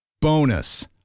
Bonus